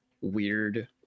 weird